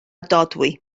dodwy